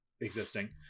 existing